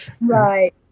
right